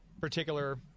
particular